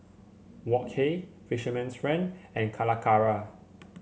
Wok Hey Fisherman's Friend and Calacara